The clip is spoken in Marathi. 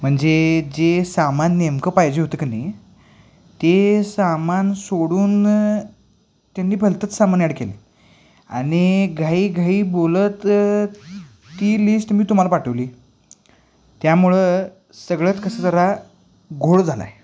म्हणजे जे सामान नेमकं पाहिजे होतं का नाही ते सामान सोडून त्यांनी भलतंच सामान ॲड केले आणि घाई घाई बोलत ती लिस्ट मी तुम्हाला पाठवली त्यामुळं सगळंच कसं जरा घोळ झाला आहे